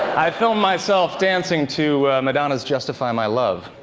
i filmed myself dancing to madonna's justify my love.